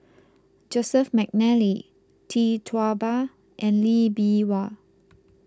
Joseph McNally Tee Tua Ba and Lee Bee Wah